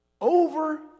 over